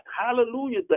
Hallelujah